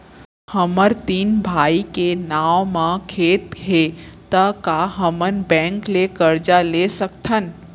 हमर तीन भाई के नाव म खेत हे त का हमन बैंक ले करजा ले सकथन?